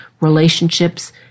relationships